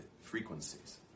frequencies